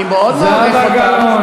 אני מאוד מעריך אותך,